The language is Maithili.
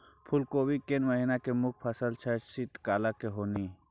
फुल कोबी केना महिना के मुखय फसल छियै शीत काल के ही न?